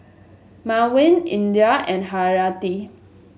Mawar Indra and Haryati